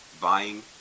buying